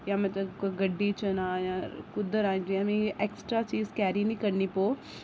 जां में कोई गड्डी च आं जां कुद्धर आं जि'यां मिकी ऐक्स्ट्रा चीज कैरी निं करनी पौग